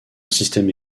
système